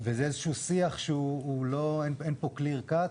וזה איזה שהוא שיח שאין פה קליר קאט,